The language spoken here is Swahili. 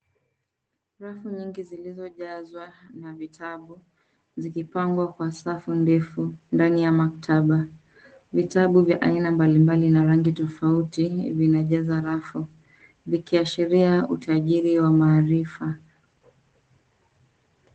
Rafu nyingi zilizojazwa na vitabu zikipangwa kwa safu ndefu ndani ya maktaba. Vitabu vya aina mbalimbali na rangi tofauti vinajaza rafu likiashiria utajiri wa maarifa.